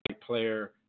player